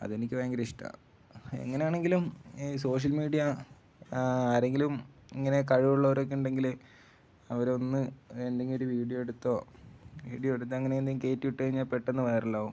അതെനിക്കു ഭയങ്കര ഇഷ്ടമാണ് എങ്ങനെയാണെങ്കിലും ഈ സോഷ്യൽ മീഡിയ ആരെങ്കിലും ഇങ്ങനെ കഴിവുള്ളവരൊക്കെ ഉണ്ടെങ്കില് അവരൊന്ന് എന്തെങ്കിലും ഒരു വീഡിയോ എടുത്തോ വീഡിയോ എടുത്ത് അങ്ങനെ എന്തേലും കയറ്റിവിട്ടുകഴിഞ്ഞാല് പെട്ടെന്ന് വൈറലാവും